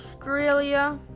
Australia